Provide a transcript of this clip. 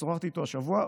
שוחחתי איתו השבוע.